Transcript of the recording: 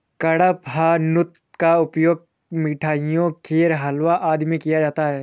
कडपहनुत का उपयोग मिठाइयों खीर हलवा इत्यादि में किया जाता है